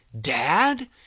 Dad